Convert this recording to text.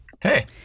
Hey